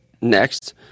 next